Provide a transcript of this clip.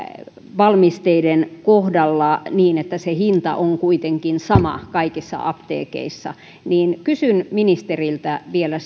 valmisteiden kohdalla että se hinta on kuitenkin sama kaikissa apteekeissa niin kysyn ministeriltä vielä